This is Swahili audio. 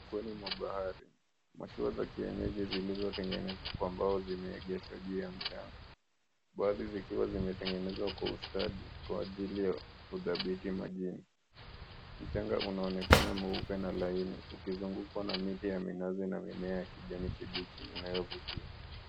Ufukweni mwa bahari, mashua za kienyeji zilizotengenezwa kwa mbao zimeegeshwa juu ya mchanga baadhi zikiwa zimetengenezwa kwa ustadi kwa ajili ya kudhabiti majini. Mchanga unaonekana mweupe na laini ukizungukwa na miti ya minazi na mimea ya kijani kibichi inayovutia.